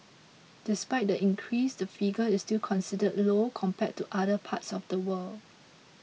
despite the increase the figure is still considered low compared to other parts of the world